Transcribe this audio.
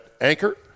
anchor